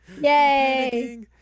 Yay